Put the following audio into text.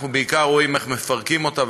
אנחנו בעיקר רואים איך מפרקים אותה,